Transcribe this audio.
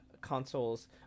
consoles